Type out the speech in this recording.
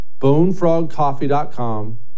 Bonefrogcoffee.com